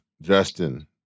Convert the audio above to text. Justin